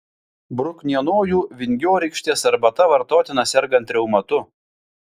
bruknienojų vingiorykštės arbata vartotina sergant reumatu